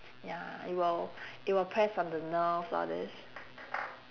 ya it will it will press on the nerves all this